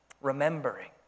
Remembering